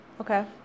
Okay